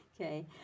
Okay